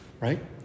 Right